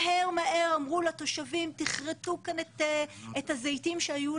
אמרו לתושבים מהר-מהר תכרתו את מטע הזיתים שהיה.